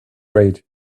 great